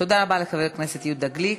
תודה רבה לחבר הכנסת יהודה גליק.